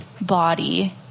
body